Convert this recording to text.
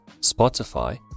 Spotify